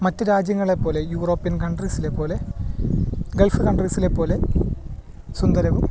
മറ്റു രാജ്യങ്ങളെപ്പോലെ യൂറോപ്യൻ കൺട്രീസിലെ പോലെ ഗൾഫ് കൺട്രീസിലെ പോലെ സുന്ദരവും